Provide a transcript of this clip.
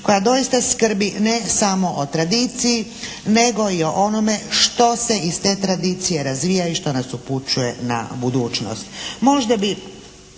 koja doista skrbi ne samo o tradiciji nego i o onome što se iz te tradicije razvija i što nas upućuje na budućnost.